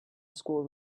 squirrel